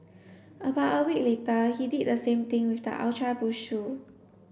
about a week later he did the same thing with the Ultra Boost shoe